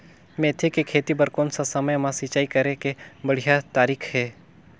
मेथी के खेती बार कोन सा समय मां सिंचाई करे के बढ़िया तारीक हे?